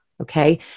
okay